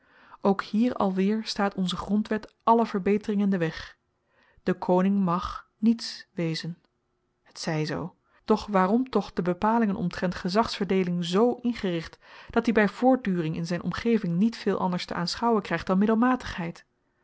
ook hier alweer staat onze grondwet alle verbetering in den weg de koning mag niets wezen t zy zoo doch waarom toch de bepalingen omtrent gezagsverdeeling z ingericht dat-i by voortduring in z'n omgeving niet veel anders te aanschouwen krygt dan